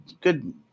good